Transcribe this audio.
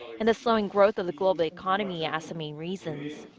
and the slowing growth of the global economy as the main reasons.